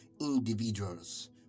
individuals